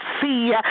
see